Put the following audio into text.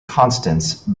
constance